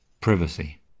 privacy